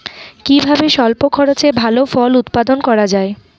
কিভাবে স্বল্প খরচে ভালো ফল উৎপাদন করা যায়?